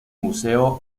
museo